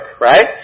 right